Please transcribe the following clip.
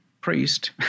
priest